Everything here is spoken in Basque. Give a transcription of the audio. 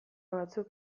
batzuk